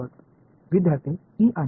மாணவர் E மற்றும் H